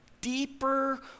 deeper